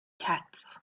cats